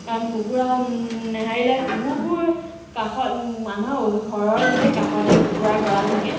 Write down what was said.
কাৰণ কুকুৰা নেসাৰিলে গুবোৰ কাষত মানুহৰ ঘৰৰ যেতিয়া কাষতে কুকুৰা গঁৰাল থাকে